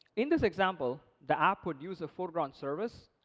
in this example, the app would use a foreground service,